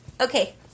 Okay